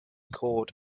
called